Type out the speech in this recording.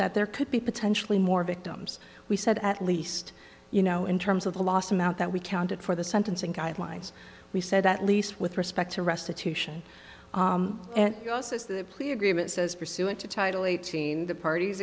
that there could be potentially more victims we said at least you know in terms of the last amount that we counted for the sentencing guidelines we said at least with respect to restitution and the plea agreement says pursuant to title eighteen the parties